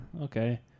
okay